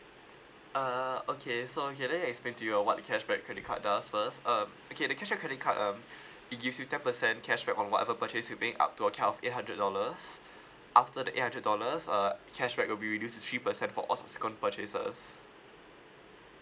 uh okay so okay let me explain to your what the cashback credit card does first um okay the cashback credit card um it gives you ten percent cashback on whatever purchase you pay up to a count of eight hundred dollars after the eight hundred dollars uh cashback will be reduced to three percent for office com purchases